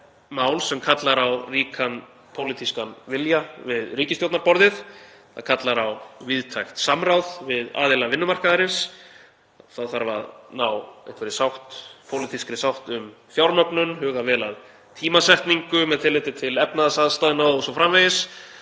mál sem kallar á ríkan pólitískan vilja við ríkisstjórnarborðið, það kallar á víðtækt samráð við aðila vinnumarkaðarins. Þá þarf að ná pólitískri sátt um fjármögnun, huga vel að tímasetningu með tilliti til efnahagsaðstæðna o.s.frv.,